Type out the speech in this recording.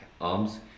arms